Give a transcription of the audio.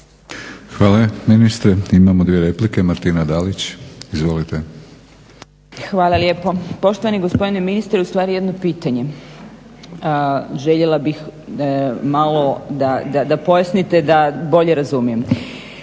Hvala ministre. Imamo dvije replike. Martina Dalić izvolite. **Dalić, Martina (HDZ)** Hvala lijepo. Poštovani gospodine ministre. Ustvari jedno pitanje. Željela bih malo da pojasnite da bolje razumijem.